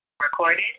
Recorded